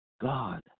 God